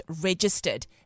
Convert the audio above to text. registered